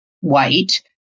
white